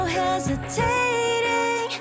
hesitating